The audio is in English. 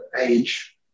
age